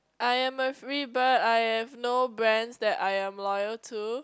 I am a free bird I have no brands that I am loyal to